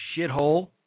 shithole